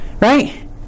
right